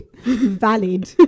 Valid